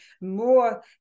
more